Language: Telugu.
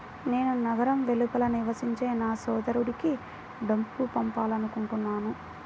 నేను నగరం వెలుపల నివసించే నా సోదరుడికి డబ్బు పంపాలనుకుంటున్నాను